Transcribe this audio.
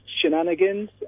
shenanigans